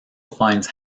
finds